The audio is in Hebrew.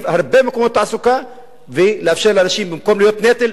הרבה מקומות תעסוקה ולאפשר לאנשים במקום להיות נטל,